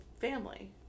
family